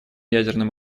ядерным